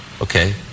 Okay